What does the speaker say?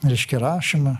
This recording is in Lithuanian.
reiškia rašymą